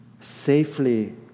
safely